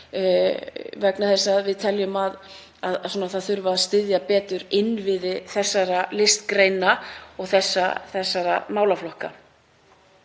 vegna þess að við teljum að styðja þurfi betur innviði þessarar listgreinar og þessara málaflokka.